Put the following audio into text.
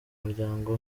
muryango